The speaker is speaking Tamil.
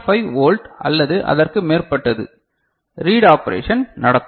5 வோல்ட் அல்லது அதற்கு மேற்பட்டது ரீட் ஆப்பரேஷன் நடக்கும்